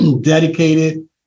dedicated